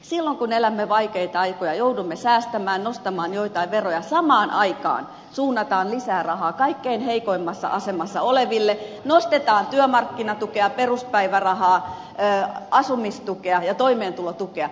silloin kun elämme vaikeita aikoja joudumme säästämään nostamaan joitain veroja samaan aikaan suunnataan lisää rahaa kaikkein heikoimmassa asemassa oleville nostetaan työmarkkinatukea peruspäivärahaa asumistukea ja toimeentulotukea